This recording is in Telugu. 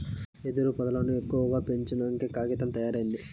వెదురు పొదల్లను ఎక్కువగా పెంచినంకే కాగితం తయారైంది